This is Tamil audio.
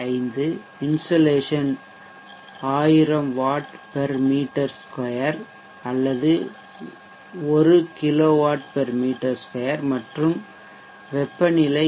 5 இன்சோலேஷன் 1000 W m2 அல்லது 1 kW m2 மற்றும் 25 ° C வெப்பநிலையில்